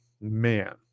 Man